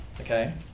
Okay